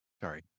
sorry